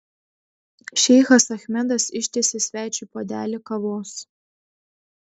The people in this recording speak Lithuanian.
šeichas achmedas ištiesia svečiui puodelį kavos